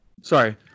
sorry